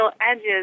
edges